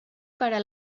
para